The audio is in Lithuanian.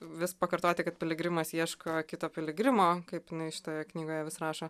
vis pakartoti kad piligrimas ieško kito piligrimo kaip šitoje knygoje vis rašo